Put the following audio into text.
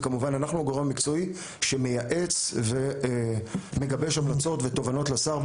זה כמובן שאנחנו הגורם המקצועי שמייעץ ומגבש המלצות ותובנות לשר,